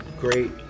great